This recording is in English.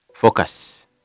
Focus